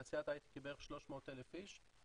תעשיית ההייטק היא בערך 300,000 איש.